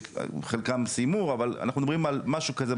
חלקם סיימו אבל אנחנו מדברים על משהו כזה,